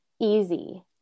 easy